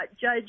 Judge